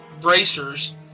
bracers